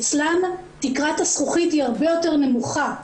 אצלן תקרת הזכוכית היא הרבה יותר נמוכה.